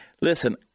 Listen